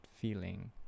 feeling